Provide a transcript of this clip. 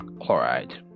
chloride